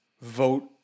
vote